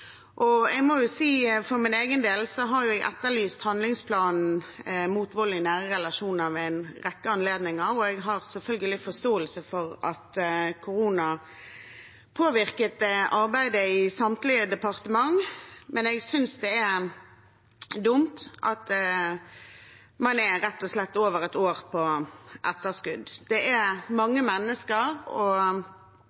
Jeg må for min egen del si at jeg har etterlyst handlingsplanen mot vold i nære relasjoner ved en rekke anledninger. Jeg har selvfølgelig forståelse for at korona har påvirket arbeidet i samtlige departement, men jeg synes det er dumt at man rett og slett er over et år på etterskudd. Det er